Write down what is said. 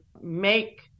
make